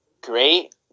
great